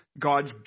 God's